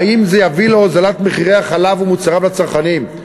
האם זה יביא להוזלת מחירי החלב ומוצריו לצרכנים?